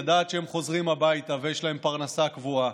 לדעת שהם חוזרים הביתה ויש להם פרנסה קבועה,